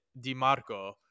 DiMarco